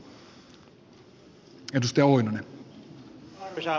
arvoisa puhemies